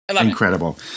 Incredible